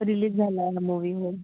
release झाला आहे हा मुवी हो